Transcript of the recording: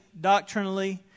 doctrinally